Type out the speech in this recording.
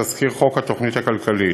תזכיר חוק התוכנית הכלכלית.